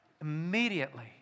immediately